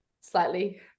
slightly